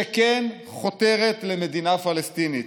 שכן חותרת למדינה פלסטינית.